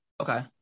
Okay